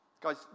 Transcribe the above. Guys